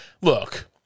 look